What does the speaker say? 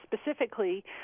specifically